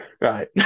Right